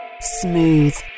Smooth